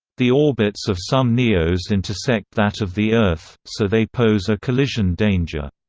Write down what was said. the orbits of some neos intersect that of the earth, so they pose a collision danger.